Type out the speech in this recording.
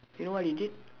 you know what he did